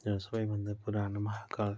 र सबैभन्दा पुरानो महाकाल